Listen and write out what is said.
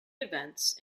events